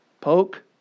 Poke